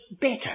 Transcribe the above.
better